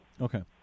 Okay